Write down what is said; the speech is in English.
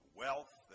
wealth